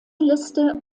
liste